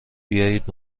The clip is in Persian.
بیایید